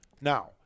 now